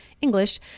English